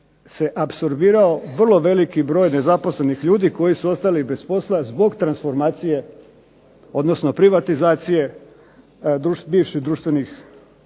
se apsorbirao vrlo veliki broj nezaposlenih ljudi koji su ostali bez posla zbog transformacije, odnosno privatizacije bivših društvenih